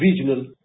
regional